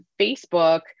Facebook